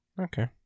Okay